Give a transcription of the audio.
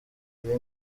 ibi